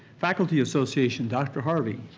faculty association, dr. harvey.